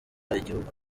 igihugu